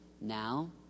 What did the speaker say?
Now